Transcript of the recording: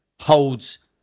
holds